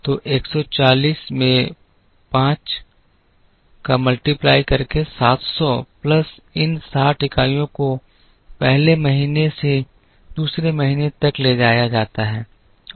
तो 140 में 5 700 प्लस इन 60 इकाइयों को पहले महीने से दूसरे महीने तक ले जाया जाता है